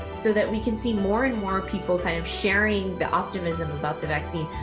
so that we can see more and more people kind of sharing the optimism about the vaccine.